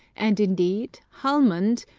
and, indeed, hallmund,